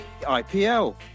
IPL